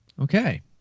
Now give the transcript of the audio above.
Okay